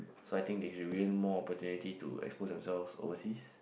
so I think they should win more opportunity to expose themselves overseas